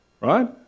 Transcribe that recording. right